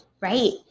Right